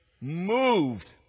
moved